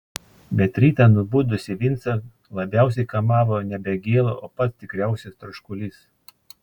bet rytą nubudusį vincą labiausiai kamavo nebe gėla o pats tikriausias troškulys